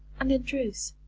and in truth,